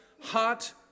hot